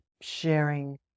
sharing